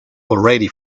already